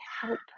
help